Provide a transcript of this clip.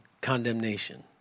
condemnation